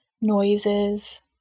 noises